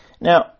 Now